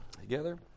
together